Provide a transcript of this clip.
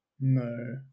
No